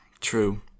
true